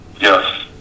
Yes